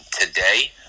today